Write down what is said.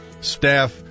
staff